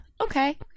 okay